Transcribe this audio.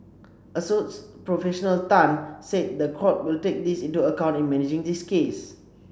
Assoc Professional Tan said the court will take this into account in managing this case